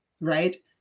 Right